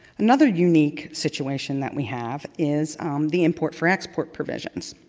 another unique situation that we have is the import for export provisions.